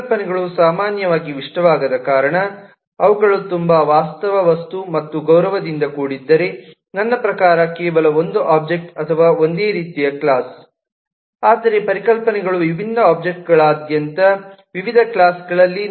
ಪರಿಕಲ್ಪನೆಗಳು ಸಾಮಾನ್ಯವಾಗಿ ಇಷ್ಟವಾಗದ ಕಾರಣ ಅವುಗಳು ತುಂಬಾ ವಾಸ್ತವವಸ್ತು ಮತ್ತು ಗೌರವದಿಂದ ಕೂಡಿದ್ದರೆ ನನ್ನ ಪ್ರಕಾರ ಕೇವಲ ಒಂದು ಒಬ್ಜೆಕ್ಟ್ ಅಥವಾ ಒಂದೇ ರೀತಿಯ ಕ್ಲಾಸ್ ನಾವು ಹೆಚ್ಚು ಗುಣಲಕ್ಷಣಗಳಂತೆ ಇರುತ್ತೇವೆ ಆದರೆ ಪರಿಕಲ್ಪನೆಗಳು ವಿಭಿನ್ನ ಒಬ್ಜೆಕ್ಟ್ಗಳಾದ್ಯಂತ ವಿವಿಧ ಕ್ಲಾಸ್ಗಳಲ್ಲಿ